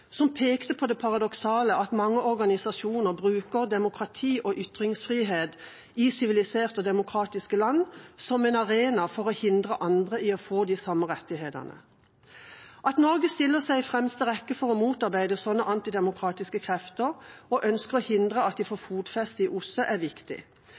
som pekte på det paradoksale at mange organisasjoner bruker demokrati og ytringsfriheten i siviliserte og demokratiske land som en arena for å hindre andre i å få de samme rettighetene. At Norge stiller seg i fremste rekke for å motarbeide slike antidemokratiske krefter og ønsker å hindre at de får fotfeste i OSSE, er viktig.